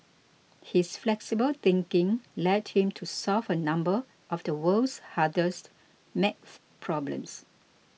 his flexible thinking led him to solve a number of the world's hardest maths problems